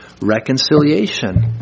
reconciliation